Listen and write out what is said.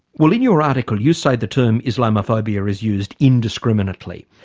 well in your article you say the term islamophobia is used indiscriminately.